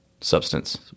substance